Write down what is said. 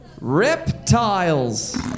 reptiles